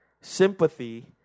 sympathy